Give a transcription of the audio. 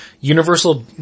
universal